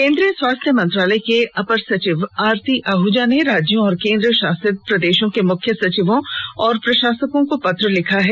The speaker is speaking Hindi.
केन्द्रीय स्वास्थ्य मंत्रालय के अपर सचिव आरती आहूजा ने राज्यों और केन्द्रशासित प्रदेशों के मुख्य सचिवों और प्रशासकों को पत्र लिखा है